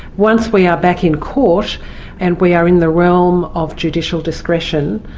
once we are back in court and we are in the realm of judicial discretion,